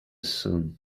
soon